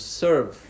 serve